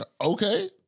Okay